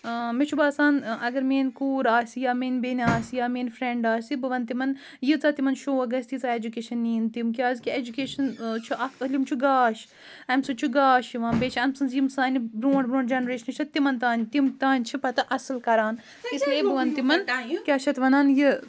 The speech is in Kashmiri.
مےٚ چھُ باسان اَگر میٛٲنۍ کوٗر آسہِ یا میٛٲنۍ بیٚنہِ آسہِ یا میٛٲنۍ فرٛٮ۪نٛڈ آسہِ بہٕ وَنہٕ تِمن ییٖژاہ تِمن شوق گژھِ تیٖژاہ اٮ۪جوکیشَن نِیِن تِم کیٛازکہِ اٮ۪جُکیشَن چھُ اَکھ علم چھُ گاش اَمہِ سۭتۍ چھُ گاش یِوان بیٚیہِ چھِ اَمہٕ سٕنٛز یِم سانہِ برٛونٛٹھ برٛونٛٹھ جَنریشنہٕ چھِ تِمن تام تِم تام چھِ پَتہٕ اَصٕل کران اِسلیے بہٕ وَنہٕ تِمن کیٛاہ چھِ اَتھ وَنان یہِ